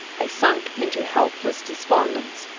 i sunk into helpless despondence.